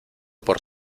por